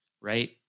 right